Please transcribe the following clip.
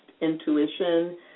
intuition